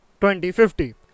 2050